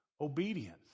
obedience